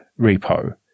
repo